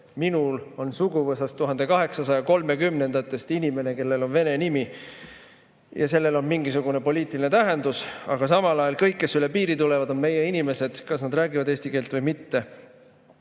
minul on suguvõsas 1830-ndatest inimene, kellel on vene nimi, ja sellel on mingisugune poliitiline tähendus. Aga samal ajal kõik, kes üle piiri tulevad, on meie inimesed, kas nad räägivad eesti keelt või mitte.